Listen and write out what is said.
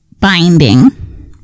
binding